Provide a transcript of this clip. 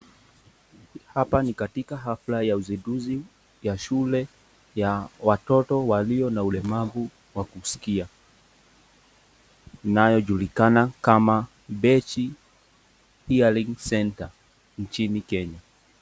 Hapa ni katika hafla ya uziduzi ya shule ya walio na ulemavu wa kuskia, inaye julikana kama h hearing centre ,nchini kenya.